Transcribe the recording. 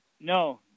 No